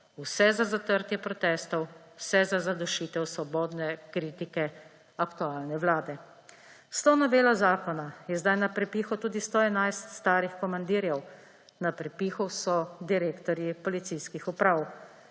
vse za zatrtje protestov, vse za zadušitev svobodne kritike aktualne vlade. S to novelo zakona je zdaj na prepihu tudi 111 starih komandirjev, na prepihu so direktorji policijskih uprav.